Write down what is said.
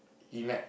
E maths